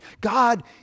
God